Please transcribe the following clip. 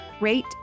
rate